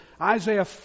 Isaiah